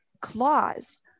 claws